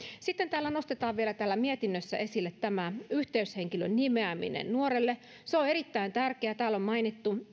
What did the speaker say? sitten täällä mietinnössä nostetaan vielä esille tämä yhteyshenkilön nimeäminen nuorelle se on erittäin tärkeää täällä on mainittu